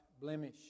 blemish